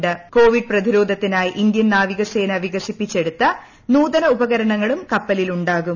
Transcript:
് ക്ട്വീഡ് പ്രതിരോധത്തിനായി ഇന്ത്യൻ നാവികസേന വികസിപ്പിച്ചെടുത്ത നൂതന ഉപകരണങ്ങളും കപ്പലിലുണ്ടാകും